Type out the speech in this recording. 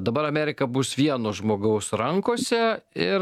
dabar amerika bus vieno žmogaus rankose ir